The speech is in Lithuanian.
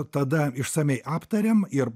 tada išsamiai aptarėm ir